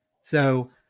So-